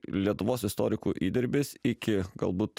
lietuvos istorikų įdirbis iki galbūt